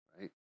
right